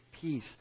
peace